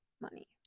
money